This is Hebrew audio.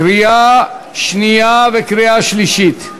קריאה שנייה וקריאה שלישית.